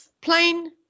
plain